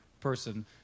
person